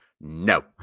no